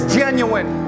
genuine